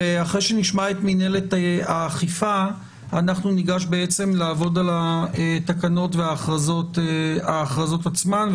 אחרי שנשמע את מינהלת האכיפה ניגש לעבוד על התקנות וההכרזות עצמן.